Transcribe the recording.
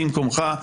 במקומך.